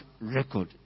record